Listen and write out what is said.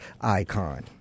icon